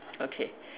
okay